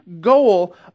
goal